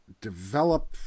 develop